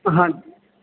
ਹਾਂਜੀ